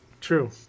True